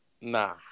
Nah